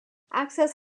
access